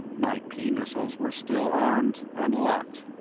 my p-missiles were still armed and locked.